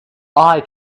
eye